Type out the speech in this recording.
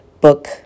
book